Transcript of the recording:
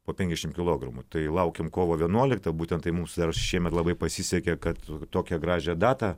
po penkiasdešimt kilogramų tai laukiam kovo vienuolikta būtent tai mums dar šiemet labai pasisekė kad tokią gražią datą